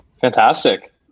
fantastic